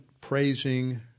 praising